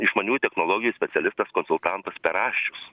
išmanių technologijų specialistas konsultantas perašius